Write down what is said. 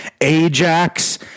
Ajax